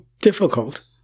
difficult